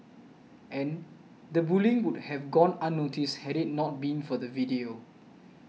and the bullying would have gone unnoticed had it not been for the video